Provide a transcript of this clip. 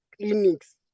clinics